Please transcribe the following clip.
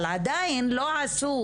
אבל עדיין לא עשו